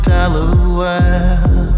Delaware